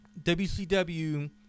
WCW